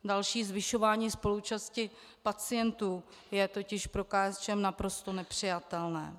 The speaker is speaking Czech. Další zvyšování spoluúčasti pacientů je totiž pro KSČM naprosto nepřijatelné.